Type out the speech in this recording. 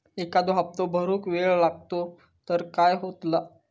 एखादो हप्तो भरुक वेळ लागलो तर काय होतला?